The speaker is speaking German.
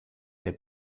der